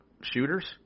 shooters